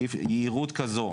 יהירות כזאת,